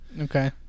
Okay